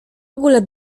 ogóle